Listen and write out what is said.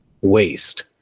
Waste